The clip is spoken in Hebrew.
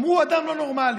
אמרו: אדם לא נורמלי.